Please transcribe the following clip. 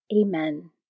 Amen